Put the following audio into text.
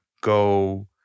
go